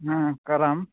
ᱦᱮᱸ ᱠᱟᱨᱟᱢ